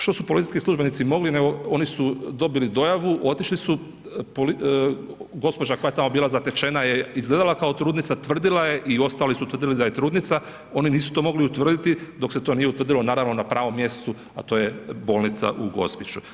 Što su policijski službenici mogli, nego, oni su dobili dojavu, otišli su, gospođa koja je tamo bila zatečena je izgledala kao trudnica, tvrdila je i ostali su tvrdili da je trudnica, oni nisu to mogli utvrditi, dok se to nije utvrdilo napravio na pravom mjestu, a to je bolnica u Gospiću.